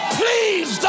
please